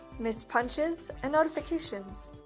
missed punches, and notifications.